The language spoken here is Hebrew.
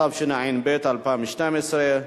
התשע"ב 2012,